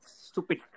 Stupid